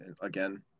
again